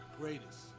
Greatest